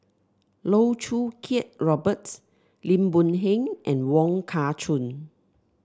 Loh Choo Kiat Robert Lim Boon Heng and Wong Kah Chun